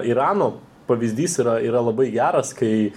irano pavyzdys yra yra labai geras kai